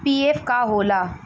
PF का होला?